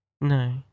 No